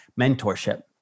mentorship